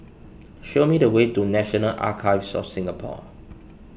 show me the way to National Archives of Singapore